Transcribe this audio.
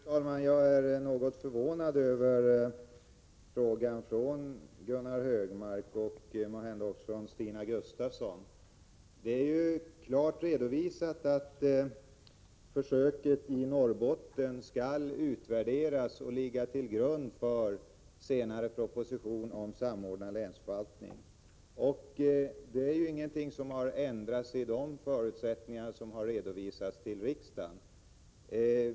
Fru talman! Jag är något förvånad över Anders G Högmarks och Stina Gustavssons frågor. Det är ju klart redovisat att försöket i Norrbotten skall utvärderas och ligga till grund för senare proposition om samordnad länsförvaltning. Ingenting har ändrats i de förutsättningar som har redovisats för riksdagen.